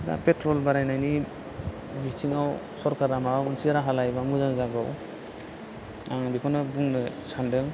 दा पेट्रल बारायनायनि बिथिङाव सरकारा माबा मोनसे राहा लायोबा मोजां जागौ आङो बेखौनो बुंनो सान्दों